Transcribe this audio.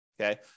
Okay